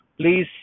please